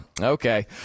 okay